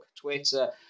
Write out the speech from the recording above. Twitter